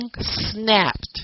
snapped